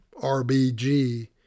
RBG